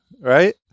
Right